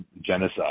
genocide